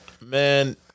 man